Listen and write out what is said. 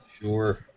Sure